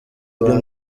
uri